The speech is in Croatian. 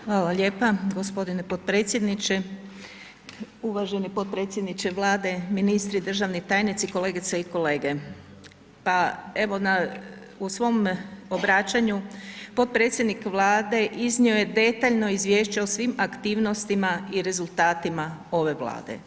Hvala lijepa, gospodine potpredsjedniče, uvaženi potpredsjedniče Vlade, ministri, državni tajnici, kolegice i kolege, pa evo na, u svom obraćanju potpredsjednik Vlade iznio je detaljno izvješće o svim aktivnostima i rezultatima ove Vlade.